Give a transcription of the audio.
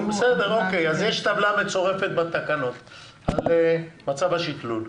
אז יש טבלה מצורפת בתקנות על מצב השקלול.